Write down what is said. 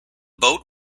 boat